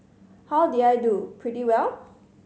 how did I do pretty well